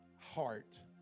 heart